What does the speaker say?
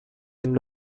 این